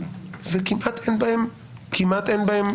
וכמעט אין בהם